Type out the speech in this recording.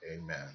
Amen